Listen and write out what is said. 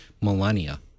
millennia